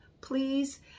please